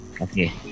Okay